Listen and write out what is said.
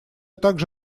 также